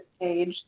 page